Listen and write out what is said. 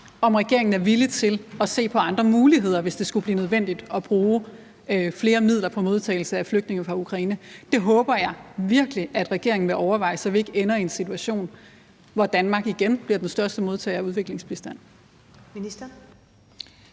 om regeringen er villig til at se på andre muligheder, hvis det skulle blive nødvendigt at bruge flere midler på modtagelse af flygtninge fra Ukraine. Det håber jeg virkelig regeringen vil overveje, så vi ikke ender i en situation, hvor Danmark igen bliver den største modtager af udviklingsbistand.